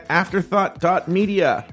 afterthought.media